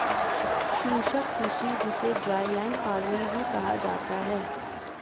शुष्क कृषि जिसे ड्राईलैंड फार्मिंग भी कहा जाता है